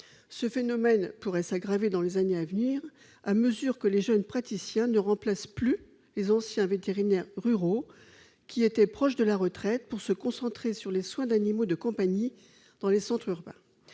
Ce phénomène pourrait s'aggraver dans les années à venir, à mesure que les jeunes praticiens ne remplacent plus les anciens vétérinaires ruraux, qui étaient proches de la retraite, pour se concentrer sur les soins d'animaux de compagnie dans les centres urbains.